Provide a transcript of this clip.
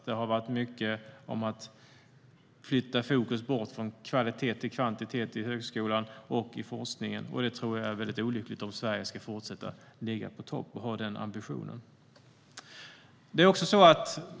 Det har varit mycket om att flytta fokus bort från kvalitet till kvantitet i högskolan och i forskningen, och det tror jag är väldigt olyckligt om Sverige ska fortsätta att ha ambitionen att ligga på topp.